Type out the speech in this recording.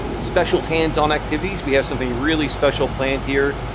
special hands-on activities. we have something really special planned here.